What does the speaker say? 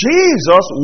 Jesus